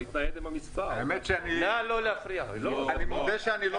אני מודה שלא